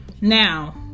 Now